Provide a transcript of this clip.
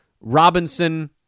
Robinson